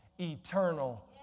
eternal